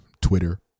Twitter